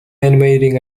animating